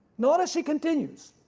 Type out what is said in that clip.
notice she continues.